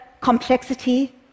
complexity